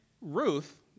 Ruth